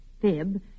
fib